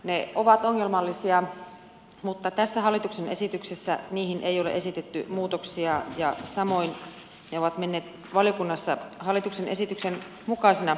ne ovat ongelmallisia mutta tässä hallituksen esityksessä niihin ei ole esitetty muutoksia ja samoin ne ovat menneet valiokunnassa hallituksen esityksen mukaisina